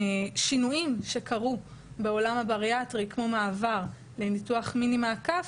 שינויים שקרו בעולם הבריאטרי כמו מעבר לניתוח מיני מעקף,